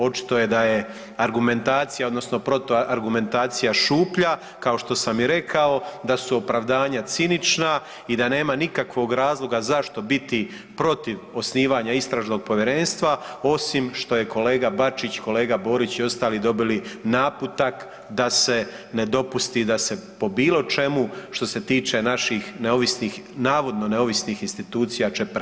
Očito je da je argumentacija odnosno protuargumentacija šuplja kao što sam i rekao, da su opravdanja cinična i da nema nikakvog razloga zašto biti protiv osnivanja istražnog povjerenstva osim što je kolega Bačić, kolega Borić i ostali dobili naputak da se ne dopusti da se po bilo čemu što se tiče naših neovisnih, navodno neovisnih institucija čeprka.